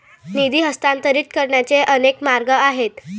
निधी हस्तांतरित करण्याचे अनेक मार्ग आहेत